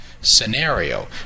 scenario